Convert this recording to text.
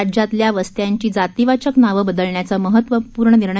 राज्यातील वस्त्यांची जातीवाचक नावे बदलण्याचा महत्वपूर्ण निर्णय